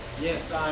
Yes